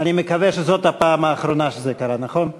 אני מקווה שזאת הפעם האחרונה שזה קרה, נכון?